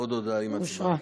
ההצעה התקבלה.